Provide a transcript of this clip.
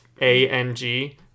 A-N-G